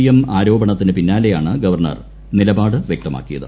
PM ആരോപണത്തിന് പിന്നാലെയാണ് governor നില്പ്പാട് ്യക്തമാക്കിയത്